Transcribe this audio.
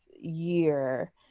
year